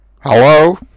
Hello